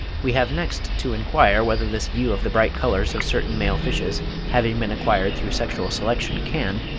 we have next to inquire whether this view of the bright colours of certain male fishes having been acquired through sexual selection can,